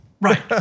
Right